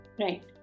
Right